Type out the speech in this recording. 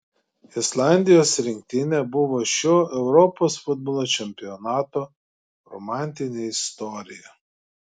islandijos rinktinė buvo šio europos futbolo čempionato romantinė istorija